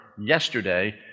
yesterday